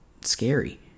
scary